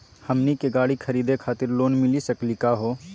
हमनी के गाड़ी खरीदै खातिर लोन मिली सकली का हो?